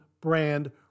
brand